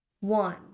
one